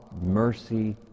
mercy